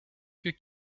que